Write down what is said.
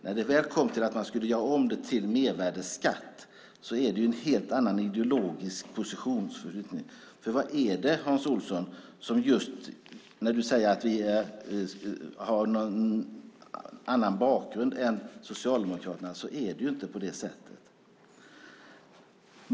När det väl kom till att man skulle göra om det till mervärdesskatt var det en helt annan ideologisk positionsförskjutning. Vad är det, Hans Olsson, när du säger att vi har en annan bakgrund än Socialdemokraterna? Det är inte på det sättet.